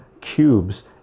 cubes